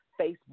Facebook